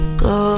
go